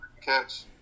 catch